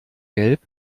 gelb